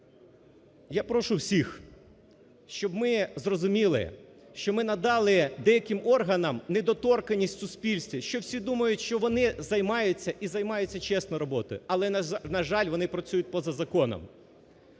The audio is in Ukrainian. Я прошу всіх, щоб ми зрозуміли, що ми надали деяким органам недоторканність у суспільстві, що всі думають, що вони займаються і займаються чесно роботою, але, на жаль, вони працюють поза законом.